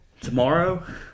Tomorrow